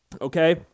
okay